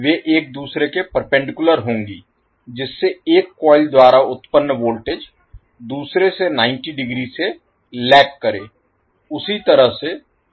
वे एक दूसरे के परपेंडिकुलर होंगी जिससे एक कॉइल द्वारा उत्पन्न वोल्टेज दूसरे से 90 डिग्री से लैग Lag पीछे करे